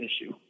issue